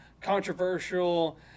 Controversial